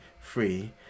free